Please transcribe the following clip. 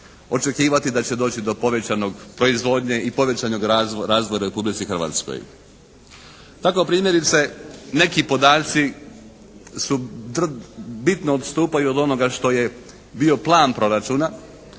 očekivati da će doći do povećane proizvodnje i povećanog razvoja u Republici Hrvatskoj. Tako primjerice neki podaci su bitno odstupaju od onoga što je bio plan proračuna.